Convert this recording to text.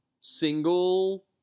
single